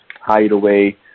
Hideaway